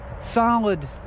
solid